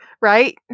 Right